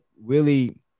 Willie